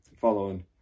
following